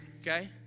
okay